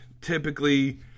typically